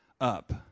up